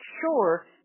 sure